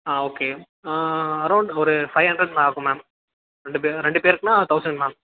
ஆ okay ஆ around ஒரு five hundred மேல் ஆகும் மேம் ரெண்டு ரெண்டு பேருக்குனா தவுசண்ட் மேம்